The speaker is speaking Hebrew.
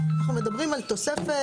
אנחנו מדברים על תוספת,